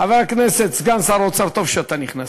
חבר הכנסת סגן שר האוצר, טוב שאתה נכנס,